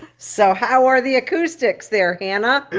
so how are the acoustics there, hannah?